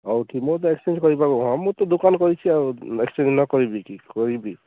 ହଉ ଥିଲେ ତ ଏକ୍ସଚେଞ୍ଜ କରିପାରି ନ ଥାନ୍ତ ମୁଁ ତ ଦୋକାନ କରିଛି ଆଉ ଏକ୍ସଚେଞ୍ଜ୍ ନ କରିବି କି କରିବି